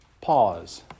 pause